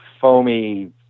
foamy